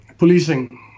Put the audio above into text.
Policing